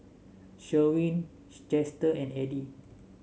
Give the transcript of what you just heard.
Sherwin Chester and Eddie